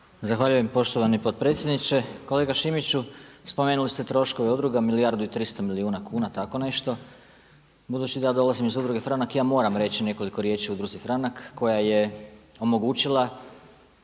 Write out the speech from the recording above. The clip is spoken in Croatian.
Zahvaljujem poštovani potpredsjedniče. Kolega Šimiću, spomenuli ste troškove udruga milijardu i 300 milijuna kuna. Budući da ja dolazim iz Udruge Franak ja moram reći nekoliko riječi o Udruzi Franak koja je omogućila